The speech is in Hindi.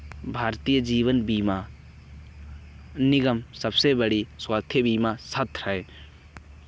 भारतीय जीवन बीमा निगम सबसे बड़ी स्वास्थ्य बीमा संथा है